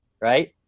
right